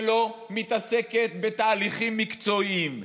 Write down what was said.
שלא מתעסקת בתהליכים מקצועיים.